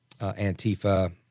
Antifa